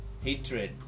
hatred